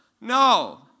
No